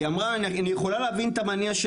היא אמרה: "אני יכולה להבין את המניע של